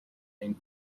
and